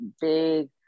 big